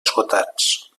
esgotats